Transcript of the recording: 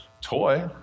toy